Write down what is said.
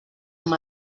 amb